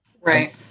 Right